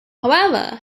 however